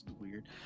Weird